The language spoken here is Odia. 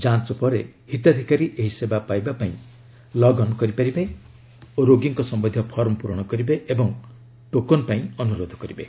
ଯାଞ୍ଚ ପରେ ହିତାଧିକାରୀ ଏହି ସେବା ପାଇବା ପାଇଁ ଲଗ୍ଅନ୍ କରିପାରିବେ ଓ ରୋଗୀଙ୍କ ସମ୍ଭନ୍ଧୀୟ ଫର୍ମ ପୂରଣ କରିବେ ଏବଂ ଟୋକନ ପାଇଁ ଅନୁରୋଧ କରିବେ